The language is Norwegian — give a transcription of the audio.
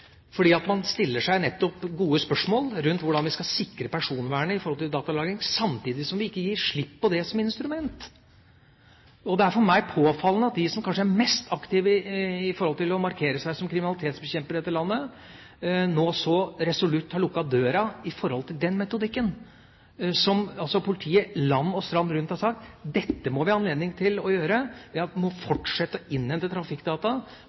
man stiller seg gode spørsmål rundt hvordan vi skal sikre personvernet i forhold til datalagring, samtidig som vi ikke gir slipp på det som instrument. Det er for meg påfallende at de som kanskje er mest aktive med tanke på å markere seg som kriminalitetsbekjempere i dette landet, nå så resolutt har lukket døra for den metodikken, det som politiet land og strand rundt har sagt: Dette må vi ha anledning til å gjøre, vi må fortsette å innhente trafikkdata